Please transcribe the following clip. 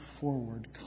forward